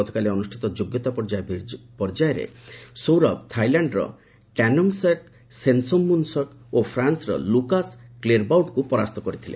ଗତକାଲି ଅନୁଷ୍ଠିତ ଯୋଗ୍ୟତା ପର୍ଯ୍ୟାୟ ମ୍ୟାଚରେ ସୌରଭ ଥାଇଲାଣ୍ଡର ଟାନୋଙ୍ଗେସାକ ସେନ୍ନୋମ୍ଭୁନସକ୍ ଓ ଫ୍ରାନ୍କର ଲୁକାସ କ୍ଲେରବାଉଟଙ୍କୁ ପରାସ୍ତ କରିଥିଲେ